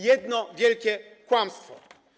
Jedno wielkie kłamstwo.